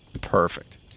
Perfect